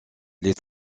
les